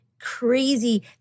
crazy